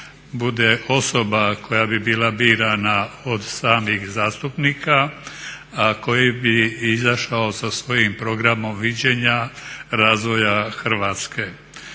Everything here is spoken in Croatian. bude osoba koja bi bila birana od samih zastupnika a koji bi izašao sa svojim programom viđenja razvoja Hrvatske.